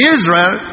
Israel